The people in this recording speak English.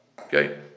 Okay